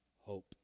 hope